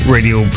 Radio